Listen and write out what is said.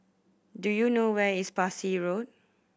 do you know where is Parsi Road